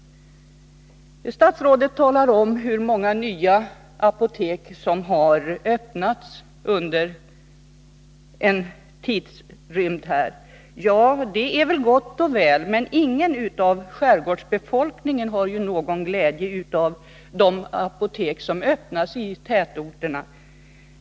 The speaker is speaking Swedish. Statsrådet talar om hur många nya apotek som har öppnats under en viss tidsperiod. Ja, det är gott och väl, men skärgårdsbefolkningen har ju inte någon glädje av de apotek som öppnas i tätorterna.